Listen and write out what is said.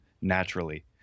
naturally